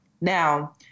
now